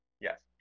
Yes